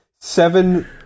seven